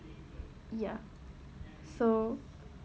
ya so